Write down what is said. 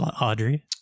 Audrey